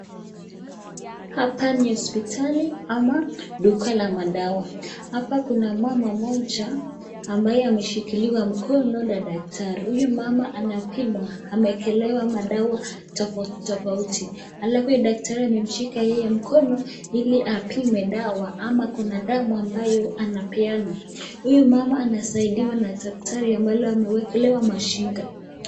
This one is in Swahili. Hapa ni hospitali ama duka la madawa hapa kuna mama mmoja ambaye ameshikiwa mkono na daktari huyu mama anapimwa ameekelewa madawa tofauti tofauti alafu huyu daktari amemshika mkono yeye ili apime dawa kama kuna damu ambayo anapeana. Huyu mama anasaidiwa na daktari ambalo ameekelewa mashinga.